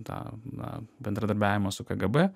tą na bendradarbiavimą su kgb